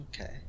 okay